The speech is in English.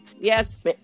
yes